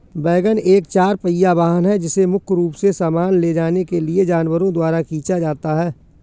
wagon एक चार पहिया वाहन है जिसे मुख्य रूप से सामान ले जाने के लिए जानवरों द्वारा खींचा जाता है